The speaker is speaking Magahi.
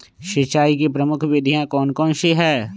सिंचाई की प्रमुख विधियां कौन कौन सी है?